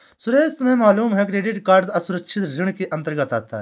सुरेश तुम्हें मालूम है क्रेडिट कार्ड असुरक्षित ऋण के अंतर्गत आता है